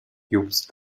jobst